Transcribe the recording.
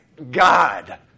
God